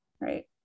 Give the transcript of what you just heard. right